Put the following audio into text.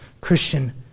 Christian